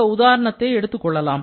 இந்த உதாரணத்தை எடுத்துக் கொள்ளலாம்